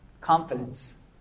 confidence